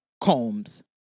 Combs